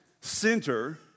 center